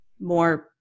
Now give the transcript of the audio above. more